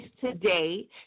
today